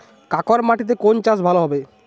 কাঁকর মাটিতে কোন চাষ ভালো হবে?